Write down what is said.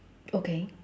okay